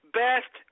best